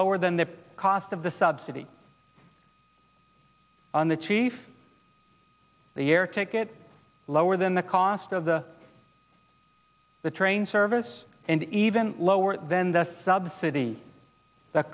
lower than the cost of the subsidy on the chief the air ticket lower than the cost of the the train service and even lower than the subsidy th